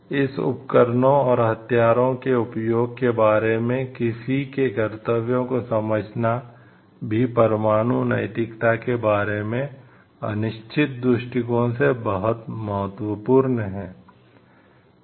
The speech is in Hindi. इन उपकरणों और हथियारों के उपयोग के बारे में किसी के कर्तव्यों को समझना भी परमाणु नैतिकता के बारे में अनिश्चित दृष्टिकोण से बहुत महत्वपूर्ण है